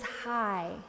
high